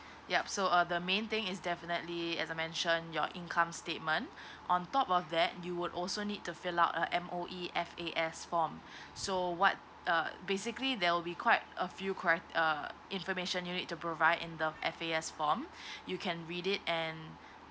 yup so uh the main thing is definitely as I mentioned your income statement on top of that you would also need to fill up uh M_O_E F_A_S form so what uh basically there will be quite a few cri~ uh information you need to provide in the F_A_S form you can read it and